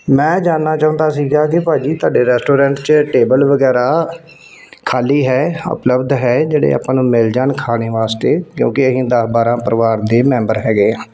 ਮੈਂ ਜਾਣਨਾ ਚਾਹੁੰਦਾ ਸੀਗਾ ਕਿ ਭਾਅ ਜੀ ਤੁਹਾਡੇ 'ਚ ਟੇਬਲ ਵਗੈਰਾ ਖਾਲੀ ਹੈ ਉਪਲੱਬਧ ਹੈ ਜਿਹੜੇ ਆਪਾਂ ਨੂੰ ਮਿਲ ਜਾਣ ਖਾਣੇ ਵਾਸਤੇ ਕਿਉਂਕਿ ਅਸੀਂ ਦਸ ਬਾਰਾਂ ਪਰਿਵਾਰ ਦੇ ਮੈਂਬਰ ਹੈਗੇ ਹਾਂ